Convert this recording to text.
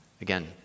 Again